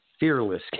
fearless